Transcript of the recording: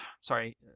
sorry